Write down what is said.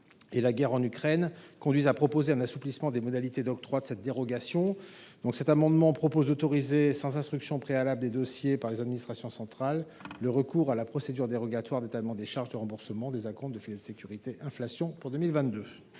et la guerre en Ukraine nous conduisent à proposer un assouplissement des modalités d’octroi de cette dérogation. Cet amendement vise donc à autoriser, sans instruction préalable des dossiers par les administrations centrales, le recours à la procédure dérogatoire d’étalement des charges de remboursement des acomptes de ce filet de sécurité. Quel